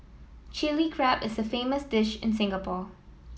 Chilli Crab is a famous dish in Singapore